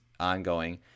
ongoing